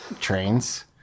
Trains